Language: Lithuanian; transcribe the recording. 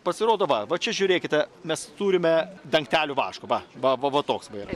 pasirodo va va čia žiūrėkite mes turime dangtelių vaško va va va va toks va yra